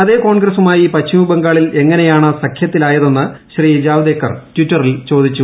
അതേ കോൺഗ്രസുമായി പശ്ചിമബംഗാളിൽ എങ്ങനൊണ് സഖൃത്താലായെന്ന് ശ്രീ ജാവ്ദേക്കർ ട്വിറ്ററിൽ ചോദിച്ചു